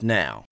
now